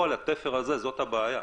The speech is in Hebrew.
זו הבעיה,